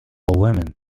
women